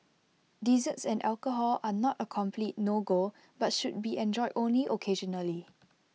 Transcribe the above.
desserts and alcohol are not A complete no go but should be enjoyed only occasionally